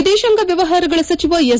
ವಿದೇಶಾಂಗ ವ್ಯವಹಾರಗಳ ಸಚಿವ ಎಸ್